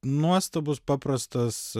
nuostabus paprastas